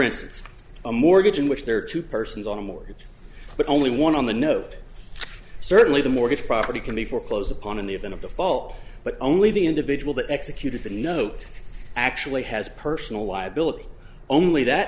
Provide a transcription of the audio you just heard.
instance a mortgage in which there are two persons on a mortgage but only one on the note certainly the mortgage property can be foreclosed upon in the event of the fall but only the individual that executed the note actually has personal liability only that